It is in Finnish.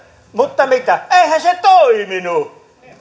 mutta mitä eihän se toiminut